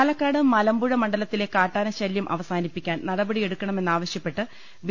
പാലക്കാട് മലമ്പുഴ മണ്ഡലത്തിലെ കാട്ടാനശല്യം അവസാനിപ്പിക്കാൻ നടപടി എടുക്കണമെന്നാവശൃപ്പെട്ടു ബി